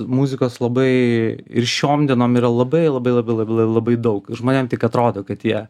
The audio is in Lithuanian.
muzikos labai ir šiom dienom yra labai labai labai labai labai daug žmonėm tik atrodo kad jie